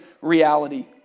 reality